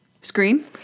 Screen